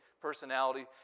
personality